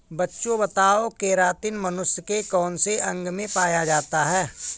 बच्चों बताओ केरातिन मनुष्य के कौन से अंग में पाया जाता है?